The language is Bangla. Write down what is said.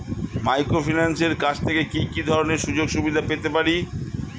মাইক্রোফিন্যান্সের কাছ থেকে কি কি ধরনের সুযোগসুবিধা পেতে পারি?